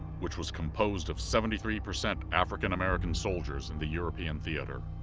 which was composed of seventy-three percent african-americans soldiers in the european theater.